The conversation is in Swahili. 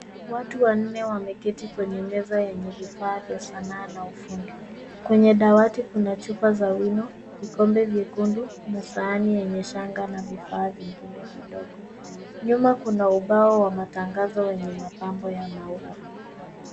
Watu wanne wameketi kwenye meza yenye vifaa vya sanaa na ufundi. Kwenye dawati kuna chupa za wino, Colombo vyekundu na sahani yenye shamba na vifaa vingine vidogo. Nyuma kuna ubao wa matangazo wenye mapambo ya maua.